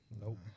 Nope